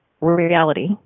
reality